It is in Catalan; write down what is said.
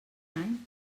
any